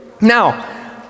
Now